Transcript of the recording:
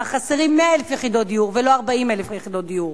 חסרות 100,000 יחידות דיור ולא 40,000 יחידות דיור.